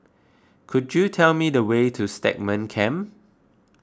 could you tell me the way to Stagmont Camp